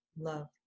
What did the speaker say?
Love